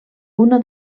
una